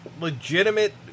legitimate